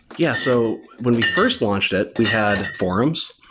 yeah. so when we first launched it, we had forums.